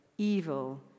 Evil